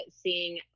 seeing